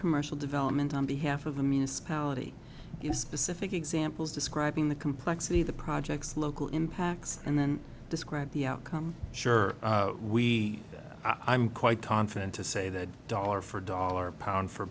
commercial development on behalf of the municipality in specific examples describing the complexity of the projects local impacts and then describe the outcome sure we that i'm quite confident to say that dollar for dollar pound for